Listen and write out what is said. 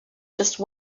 just